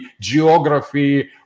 geography